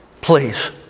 Please